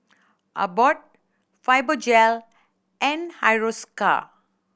Abbott Fibogel and Hiruscar